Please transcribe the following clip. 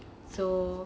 so